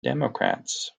democrats